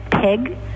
pig